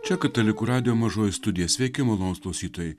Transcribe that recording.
čia katalikų radijo mažoji studija sveiki malonūs klausytojai